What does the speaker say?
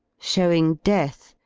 showing death,